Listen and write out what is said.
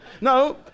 No